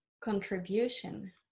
Contribution